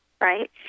right